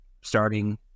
starting